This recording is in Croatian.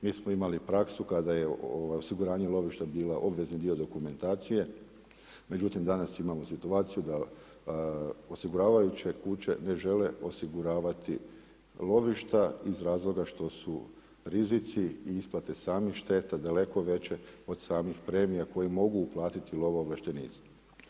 Mi smo imali praksu kada je osiguranje lovišta bilo obvezni dokumentacije međutim danas imamo situaciju da osiguravajuće kuće ne žele osiguravati lovišta iz razloga što su rizici i isplate samih šteta daleko veće od samih premija koje mogu uplatiti lovoovlaštenici.